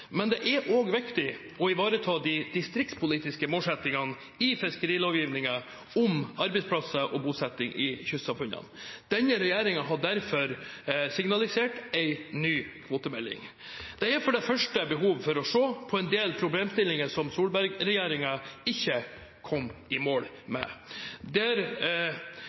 men det er også viktig å ivareta de distriktspolitiske målsettingene i fiskerilovgivningen om arbeidsplasser og bosetting i kystsamfunnene. Denne regjeringen har derfor signalisert en ny kvotemelding. Det er for det første behov for å se på en del problemstillinger som Solberg-regjeringen ikke kom i mål med, og der